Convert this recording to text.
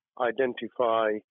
identify